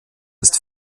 ist